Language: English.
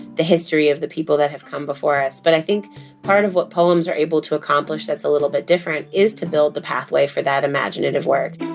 the history of the people that have come before us. but i think part of what poems are able to accomplish that's a little bit different is to build the pathway for that imaginative work